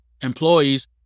employees